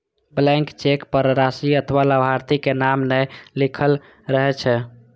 blank cheque पर राशि अथवा लाभार्थी के नाम नै लिखल रहै छै